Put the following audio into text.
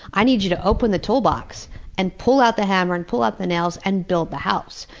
i need you to open the toolbox and pull out the hammer and pull out the nails and build the house,